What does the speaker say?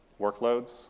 workloads